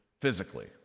physically